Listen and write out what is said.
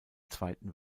zweiten